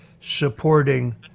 supporting